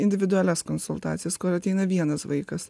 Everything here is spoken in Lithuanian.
individualias konsultacijas kur ateina vienas vaikas